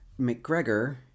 McGregor